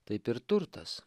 taip ir turtas